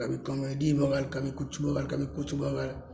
कभी कमेडी भऽ गेल कभी किछु भऽ गेल कभी किछु भऽ गेल